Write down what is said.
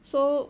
so